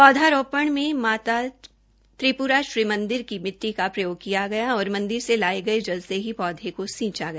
पौधारोपण में माता त्रिप्रा श्री मंदिर की मिट्टी का प्रयोग किया गया और मंदिर से लाये हुए जल से ही पौधे को सींचा गया